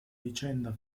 vicenda